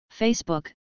Facebook